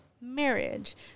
marriage